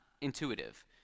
intuitive